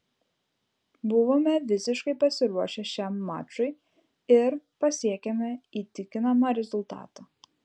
buvome visiškai pasiruošę šiam mačui ir pasiekėme įtikinamą rezultatą